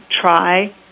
try